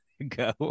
Go